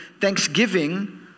Thanksgiving